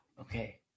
okay